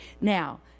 Now